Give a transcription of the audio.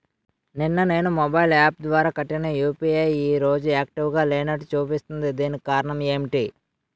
నిన్న నేను mobile app ద్వారా కట్టిన యు.పి.ఐ ఈ రోజు యాక్టివ్ గా లేనట్టు చూపిస్తుంది దీనికి కారణం ఏమిటి?